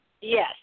Yes